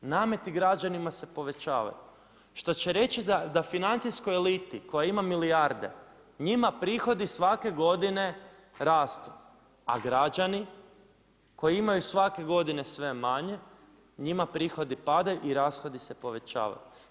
Nameti građanima se povećavaju što će reći da financijskoj eliti koja ima milijarde njima prihodi svake godine rastu, a građani koji imaju svake godine sve manje njima prihodi padaju i rashodi se povećavaju.